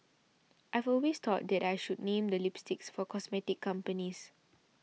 I've always thought that I should name the lipsticks for cosmetic companies